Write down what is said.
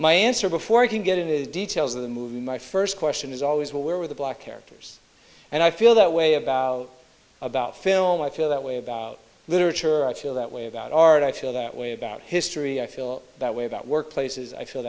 my answer before i can get into details of the movie my first question is always well where were the black characters and i feel that way about about film i feel that way about literature i feel that way about art i feel that way about history i feel that way about workplaces i feel